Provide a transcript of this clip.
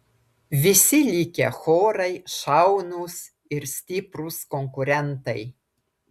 visi likę chorai šaunūs ir stiprūs konkurentai